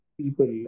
people